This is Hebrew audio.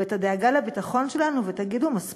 ואת הדאגה לביטחון שלנו, ותגידו: מספיק,